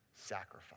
sacrifice